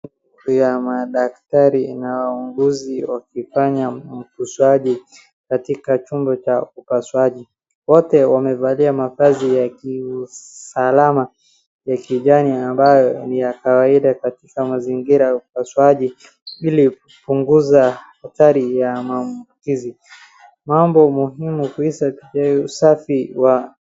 Madaktari na mauguzi wakifanya mkusadi katika chumba cha upasuaji. Wote wamevalia mavazi ya kiusalama ya kijani ambayo ni ya kawaida katika mazingira ya upasuaji ili kupunguza hatari ya maambukizi. Mambo muhimu ni usafi wa.